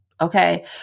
Okay